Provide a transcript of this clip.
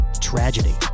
tragedy